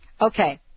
okay